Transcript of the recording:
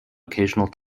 occasional